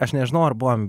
aš nežinau ar buvom